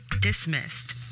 dismissed